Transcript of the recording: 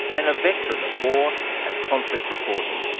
and a veteran of war and conflict reporting.